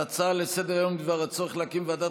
על ההצעה לסדר-יום בדבר הצורך להקים ועדת